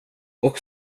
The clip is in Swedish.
och